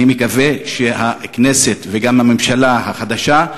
אני מקווה שהכנסת וגם הממשלה החדשה,